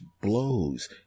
blows